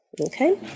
Okay